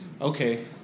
Okay